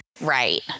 Right